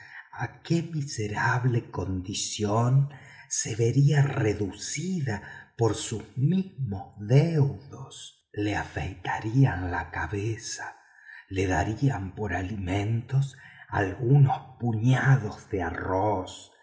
a qué miserable condición se vería reducida por sus mismos deudos le afeitarían la cabeza le darían por alimentos algunos puñados de arroz